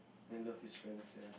and love his friends ya